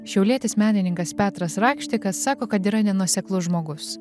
šiaulietis menininkas petras rakštikas sako kad yra nenuoseklus žmogus